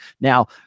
now